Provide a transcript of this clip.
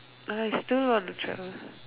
I still want to travel